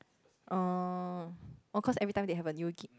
oh oh cause every time they have a new kid